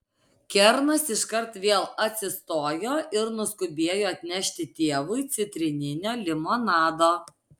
kernas iškart vėl atsistojo ir nuskubėjo atnešti tėvui citrininio limonado